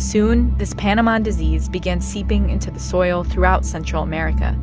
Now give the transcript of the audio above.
soon, this panama disease began seeping into the soil throughout central america,